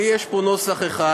לי יש פה נוסח אחד,